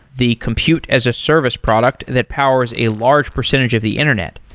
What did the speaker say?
the compute as a service product that powers a large percentage of the internet.